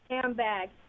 Handbag